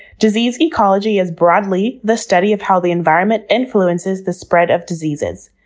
disease ecology is, broadly, the study of how the environment influences the spread of diseases.